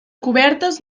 cobertes